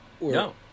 No